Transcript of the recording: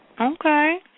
Okay